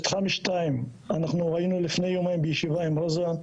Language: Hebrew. מתחם 2, אנחנו היינו לפני יומיים בישיבה עם רוזה.